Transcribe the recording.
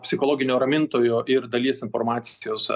psichologinio ramintojo ir dalies informacijos